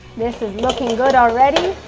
this is looking good already.